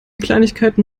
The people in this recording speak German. kleinigkeiten